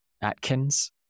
Atkins